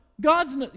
God's